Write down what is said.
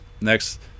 next